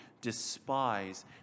despise